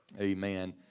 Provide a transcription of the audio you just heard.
Amen